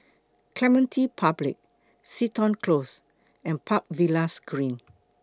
Clementi Public Seton Close and Park Villas Green